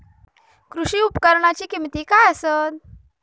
कृषी उपकरणाची किमती काय आसत?